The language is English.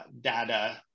data